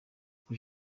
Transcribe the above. uko